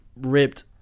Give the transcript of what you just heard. ripped